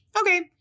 Okay